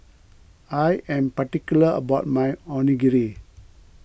I am particular about my Onigiri